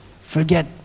Forget